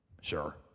Sure